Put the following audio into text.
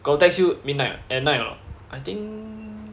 got text you midnight at night or not I think